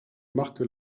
marque